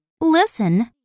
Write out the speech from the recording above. Listen